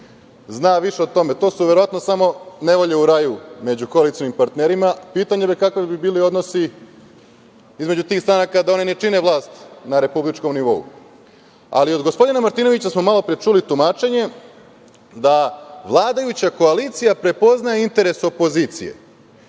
zna više o tome. To su verovatno samo nevolje u raju među koalicionim partnerima. Pitanje je kakvi bi bili odnosi između tih stranaka da oni ne čine vlast na republičkom nivou. Ali, od gospodina Martinovića smo malopre čuli tumačenje da vladajuća koalicija prepoznaje interes opozicije.